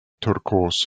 turkos